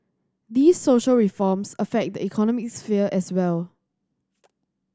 these social reforms affect the economic sphere as well